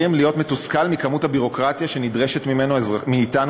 להיות מתוסכל מכמות הביורוקרטיה שנדרשת מאתנו,